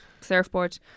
surfboard